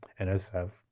NSF